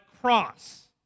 cross